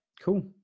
cool